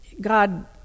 God